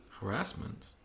Harassment